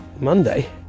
Monday